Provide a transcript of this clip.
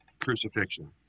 crucifixion